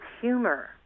humor